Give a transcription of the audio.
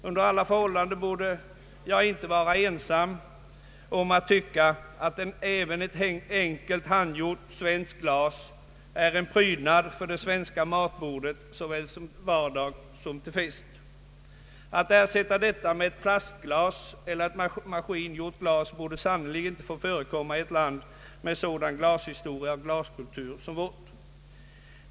Under alla förhållanden borde jag inte vara ensam om att tycka att även ett enkelt handgjort svenskt glas är en prydnad för det svenska matbordet såväl till vardags som till fest. Det borde sannerligen inte få förekomma i ett land med sådan glashistoria och glaskultur som vårt lands att man ersätter detia glas med plastglas eller maskingjorda glas.